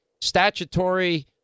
statutory